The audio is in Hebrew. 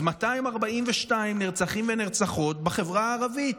אז 242 נרצחים ונרצחות בחברה הערבית.